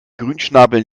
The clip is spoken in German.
grünschnabel